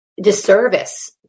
disservice